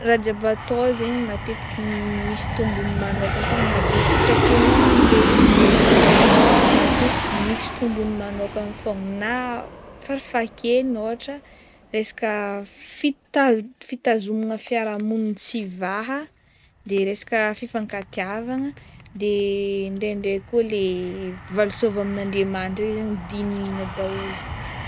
Raha jiaby atao zegny matetiky misy tombony manôka fogna na de sitraponao agnano le izy fa matetiky misy tombony manôkana fogna na farafahakeliny ôhatra resaka fita- fitazomagna fiarahamonigna tsy hivaha, de resaka fifankatiavagna de ndraindray koa le valisoa avy amin'Andriamanitra regny zegny dinihigna daholo.